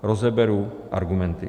Rozeberu argumenty.